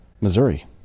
Missouri